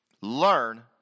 Learn